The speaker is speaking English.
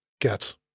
get